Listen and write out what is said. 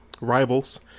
rivals